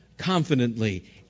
confidently